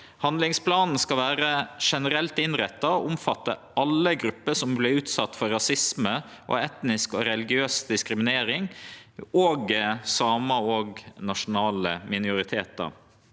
Handlingsplanen skal vere generelt innretta og omfatte alle grupper som vert utsette for rasisme og etnisk og religiøs diskriminering, òg samar og andre nasjonale minoritetar.